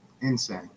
Insane